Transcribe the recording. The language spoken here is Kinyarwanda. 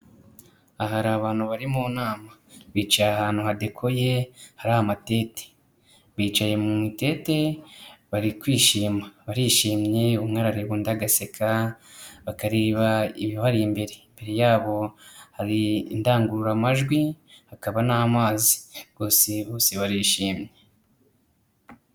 Aha hari abantu bari mu nama bicaye ahantu hadekuye hari amatente, bicaye mu itente bari kwishima, barishimye, umwe arareba undi agaseka, bakareba ibibari imbere, imbere yabo hari indangururamajwi hakaba n'amazi, bose bose barishimye.